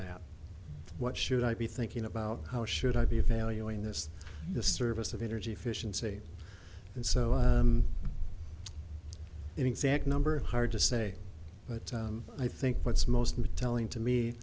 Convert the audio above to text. map what should i be thinking about how should i be evaluating this the service of energy efficiency and so exact number hard to say but i think what's most new telling to me